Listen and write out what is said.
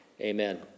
Amen